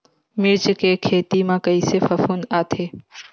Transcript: मिर्च के खेती म कइसे फफूंद आथे?